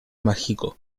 mágico